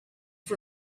for